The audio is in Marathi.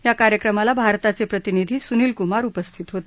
या कार्यक्रमाला भारताचे प्रतिनिधी सुनील कुमार उपस्थित होते